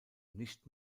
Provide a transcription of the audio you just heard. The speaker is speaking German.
nicht